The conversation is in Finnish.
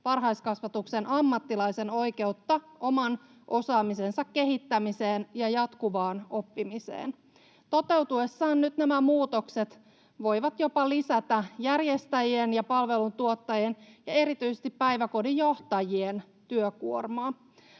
varhaiskasvatuksen ammattilaisen oikeutta oman osaamisensa kehittämiseen ja jatkuvaan oppimiseen. Toteutuessaan nyt nämä muutokset voivat jopa lisätä järjestäjien ja palveluntuottajien ja erityisesti päiväkodin johtajien työkuormaa.